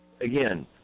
Again